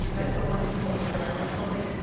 that's the one that supposed to dry really slowly.